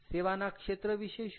સેવાના ક્ષેત્ર વિશે શું